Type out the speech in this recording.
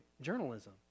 journalism